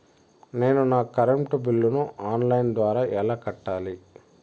నేను నా కరెంటు బిల్లును ఆన్ లైను ద్వారా ఎలా కట్టాలి?